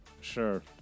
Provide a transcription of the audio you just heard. Sure